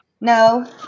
No